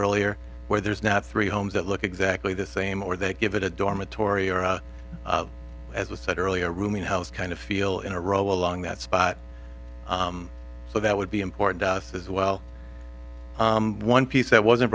earlier where there's now three homes that look exactly the same or they give it a dormitory or as was said earlier rooming house kind of feel in a row along that spot so that would be important to us as well one piece that wasn't